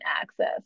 access